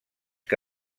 que